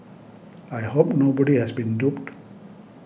I hope nobody has been duped